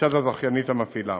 מצד הזכיינית המפעילה.